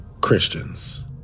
Christians